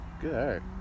Good